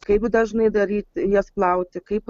kaip dažnai daryti jas plauti kaip